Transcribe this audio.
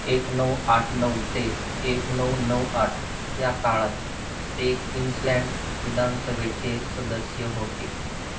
एक नऊ आठ नऊ ते एक नऊ नऊ आठ या काळात ते क्वीन्सलँड विधानसभेचे सदस्य होते